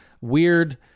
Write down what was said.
weird